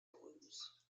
blues